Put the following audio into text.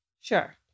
Sure